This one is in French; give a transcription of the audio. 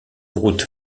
route